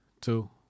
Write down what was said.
two